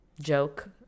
joke